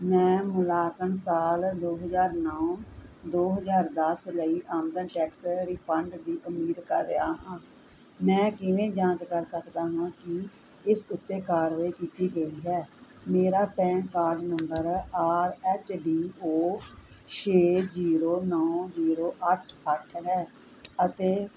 ਮੈਂ ਮੁਲਾਂਕਣ ਸਾਲ ਦੋ ਹਜ਼ਾਰ ਨੌਂ ਦੋ ਹਜ਼ਾਰ ਦਸ ਲਈ ਆਮਦਨ ਟੈਕਸ ਰਿਫੰਡ ਦੀ ਉਮੀਦ ਕਰ ਰਿਹਾ ਹਾਂ ਮੈਂ ਕਿਵੇਂ ਜਾਂਚ ਕਰ ਸਕਦਾ ਹਾਂ ਕੀ ਇਸ ਉੱਤੇ ਕਾਰਵਾਈ ਕੀਤੀ ਗਈ ਹੈ ਮੇਰਾ PAN card number R H D O ਛੇ ਜੀਰੋ ਨੌਂ ਜੀਰੋ ਅੱਠ ਅੱਠ ਹੈ ਅਤੇ